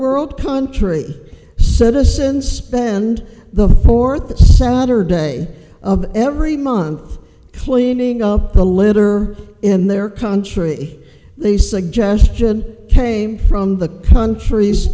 world country citizens spend the fourth sattar day of every month cleaning up the litter in their country the suggestion came from the countr